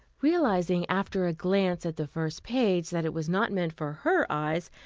realizing after a glance at the first page that it was not meant for her eyes,